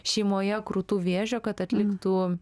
šeimoje krūtų vėžio kad atliktų